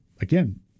again